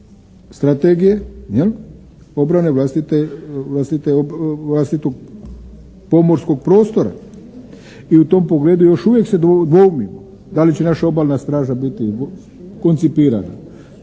strategije, obrane vlastitog pomorskog prostora i u tom pogledu još uvijek se dvoumimo da li će naša obalna straža biti koncipirana